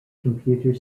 computer